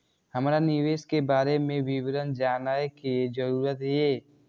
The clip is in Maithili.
हमरा निवेश के बारे में विवरण जानय के जरुरत ये?